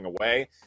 away